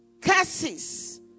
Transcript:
Curses